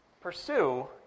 pursue